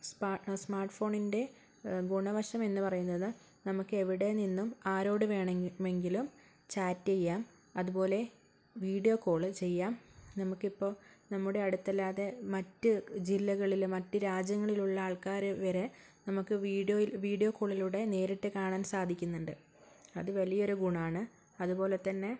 smart ഫോണിൻ്റെ ഗുണവശം എന്നു പറയുന്നത് നമുക്കെവിടെ നിന്നും ആരോടുവേണമെമെങ്കിലും ചാറ്റു ചെയ്യാം അതുപോലെ വീഡിയോ കോള് ചെയ്യാം നമുക്കിപ്പോൾ നമ്മുടെ അടുത്തല്ലാതെ മറ്റു ജില്ലകളിൽ മറ്റു രാജ്യങ്ങളിലുള്ള ആൾക്കാരെ വരെ നമുക്ക് വീഡിയോയിൽ വീഡിയോ കോളിലൂടെ നേരിട്ട് കാണാൻ സാധിക്കുന്നുണ്ട് അത് വലിയൊരു ഗുണമാണ് അതുപോലെത്തന്നെ